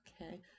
Okay